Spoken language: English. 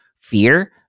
fear